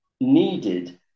needed